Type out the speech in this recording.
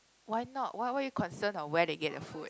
why not why why are you concerned on where they get the food